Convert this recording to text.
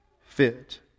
fit